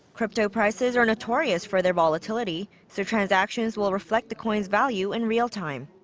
crypto prices are notorious for their volatility, so transactions will reflect the coins' value in real time.